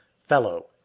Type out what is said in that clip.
Fellow